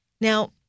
Now